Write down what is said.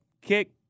kick